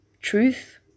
truth